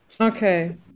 okay